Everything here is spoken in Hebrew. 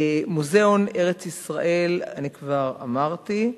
מוזיאון ארץ-ישראל, אני כבר אמרתי.